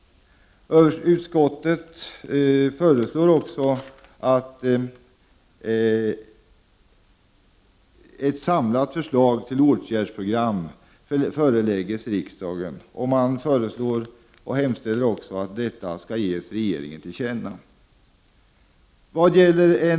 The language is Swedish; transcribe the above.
Utskottet föreslår också att ett samlat förslag till åtgärdsprogram föreläggs riksdagen samt hemställer att detta skall ges regeringen till känna.